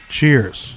Cheers